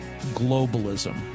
globalism